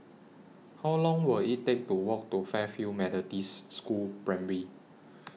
How Long Will IT Take to Walk to Fairfield Methodists School Primary